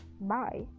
bye